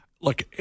Look